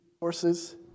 horses